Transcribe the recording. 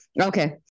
Okay